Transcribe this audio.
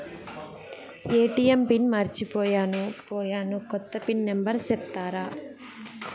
ATM PIN మర్చిపోయాను పోయాను, కొత్త పిన్ నెంబర్ సెప్తారా?